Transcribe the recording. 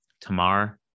Tamar